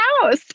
house